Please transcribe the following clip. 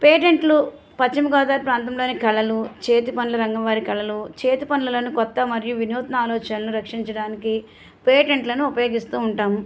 పేటెంట్లు పశ్చిమగోదావరి ప్రాంతంలోని కళలు చేతిపనుల రంగం వారి కళలు చేతిపనులను కొత్త మరియు వినూత్న ఆలోచనలను రక్షించడానికి పేటెంట్లను ఉపయోగిస్తూ ఉంటాము